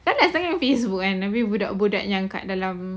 kan nak tanya facebook kan tapi budak-budak yang kat dalam